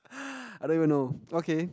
I don't even know okay